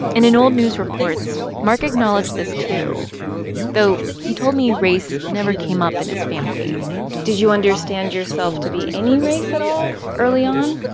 and in old news reports, mark acknowledged this, too though he told me race never came up in his family did you understand yourself to be any race at all early on?